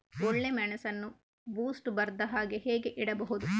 ಒಳ್ಳೆಮೆಣಸನ್ನು ಬೂಸ್ಟ್ ಬರ್ದಹಾಗೆ ಹೇಗೆ ಇಡಬಹುದು?